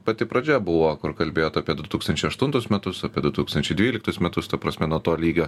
pati pradžia buvo kur kalbėjot apie du tūkstančiai aštuntus metus apie du tūkstančiai dvyliktus metus ta prasme nuo to lygio